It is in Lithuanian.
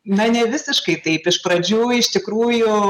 na nevisiškai taip iš pradžių iš tikrųjų